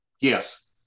Yes